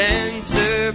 answer